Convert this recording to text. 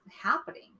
happening